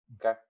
Okay